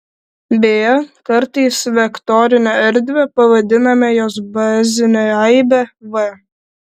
beje kartais vektorine erdve pavadiname jos bazinę aibę v